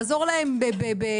לעזור להם בתשלומים,